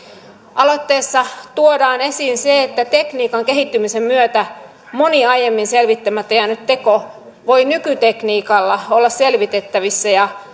aloitteessa tuodaan esiin se että tekniikan kehittymisen myötä moni aiemmin selvittämättä jäänyt teko voi nykytekniikalla olla selvitettävissä ja